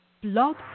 Blog